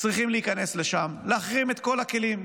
צריכים להיכנס לשם ולהחרים את כל הכלים.